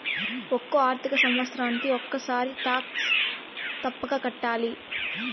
ఒక్కో ఆర్థిక సంవత్సరానికి ఒక్కసారి టాక్స్ తప్పక కట్టాలి